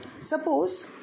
suppose